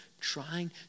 trying